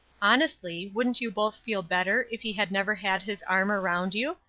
honestly, wouldn't you both feel better if he had never had his arm around you?